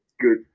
good